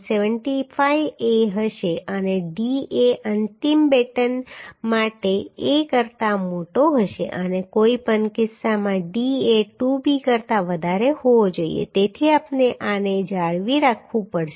75a હશે અને d એ અંતિમ બેટન માટે a કરતા મોટો હશે અને કોઈપણ કિસ્સામાં d એ 2b કરતા વધારે હોવો જોઈએ તેથી આપણે આને જાળવી રાખવું પડશે